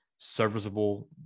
Serviceable